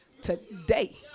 Today